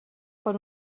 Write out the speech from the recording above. per